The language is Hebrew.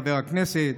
חבר הכנסת,